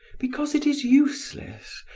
because it is useless,